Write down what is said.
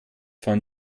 von